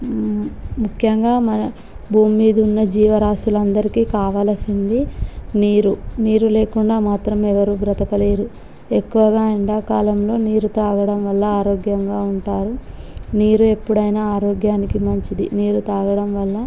ముఖ్యంగా మన భూమి మీద ఉన్న జీవరాసులు అందరికి కావాల్సింది నీరు నీరు లేకుండా మాత్రం ఎవరూ బ్రతకలేరు ఎక్కువగా ఎండాకాలలో నీరు తాగడం వల్ల ఆరోగ్యంగా ఉంటారు నీరు ఎప్పుడైనా ఆరోగ్యానికి మంచిది నీరు తాగడం వల్ల